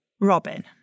Robin